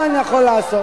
מה אני יכול לעשות.